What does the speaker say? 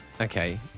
Okay